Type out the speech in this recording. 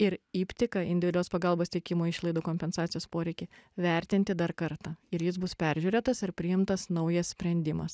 ir iptiką individualios pagalbos teikimo išlaidų kompensacijos poreikį vertinti dar kartą ir jis bus peržiūrėtas ir priimtas naujas sprendimas